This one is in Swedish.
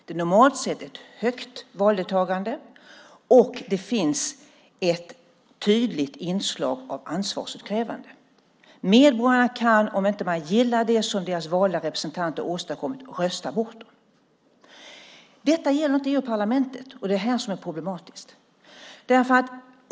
Det är normalt sett ett högt valdeltagande, och det finns ett tydligt inslag av ansvarsutkrävande. Medborgarna kan, om de inte gillar det som deras valda representanter åstadkommer, rösta bort dem. Detta gäller inte EU-parlamentet, och det är här som det är problematiskt.